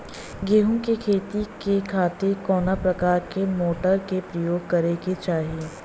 गेहूँ के खेती के खातिर कवना प्रकार के मोटर के प्रयोग करे के चाही?